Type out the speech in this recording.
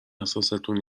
احساستون